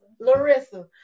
Larissa